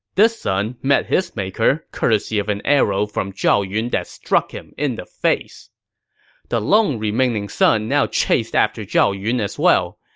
this son met his maker courtesy of an arrow from zhao yun that struck him in the face the lone remaining son now chased after zhao yun as well.